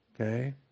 Okay